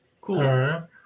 Cool